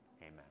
Amen